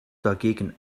dagegen